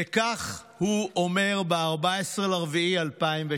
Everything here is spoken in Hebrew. וכך הוא אומר ב-17 באפריל 2019: